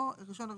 או ה-01.01.2025.